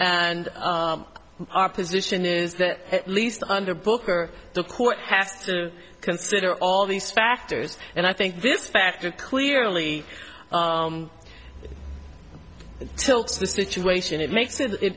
and our position is that at least under booker the court has to consider all these factors and i think this factor clearly tilts the situation it makes it i